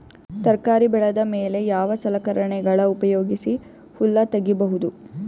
ತರಕಾರಿ ಬೆಳದ ಮೇಲೆ ಯಾವ ಸಲಕರಣೆಗಳ ಉಪಯೋಗಿಸಿ ಹುಲ್ಲ ತಗಿಬಹುದು?